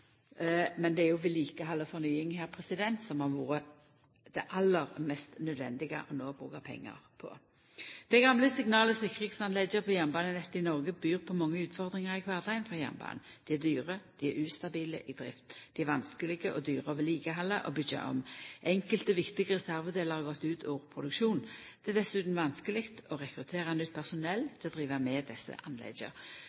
Men det er jo vedlikehald og fornying som det no har vore aller mest nødvendig å bruka pengar på. Dei gamle signal- og sikringsanlegga på jernbanenettet i Noreg byr på mange utfordringar i kvardagen for jernbanen. Dei er dyre og ustabile i drift. Dei er vanskelege og dyre å vedlikehalda og byggja om. Enkelte viktige reservedelar har gått ut av produksjon. Det er dessutan vanskeleg å rekruttera nytt